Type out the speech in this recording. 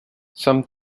some